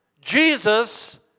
Jesus